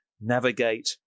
navigate